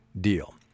deal